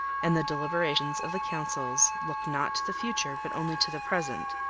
and the deliberations of the councils look not to the future but only to the present,